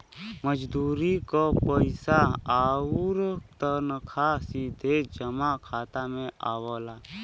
मजदूरी क पइसा आउर तनखा सीधे जमा खाता में आवला